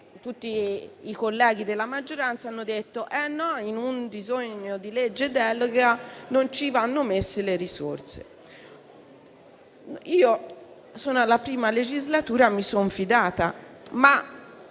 tutti i colleghi della maggioranza hanno detto che a un disegno di legge delega non vanno assegnate le risorse. Io sono alla prima legislatura e mi sono fidata.